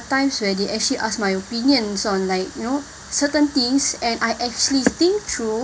times when they actually ask my opinions on like you know certain things and I actually think through